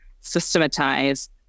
systematize